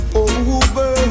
over